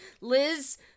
Liz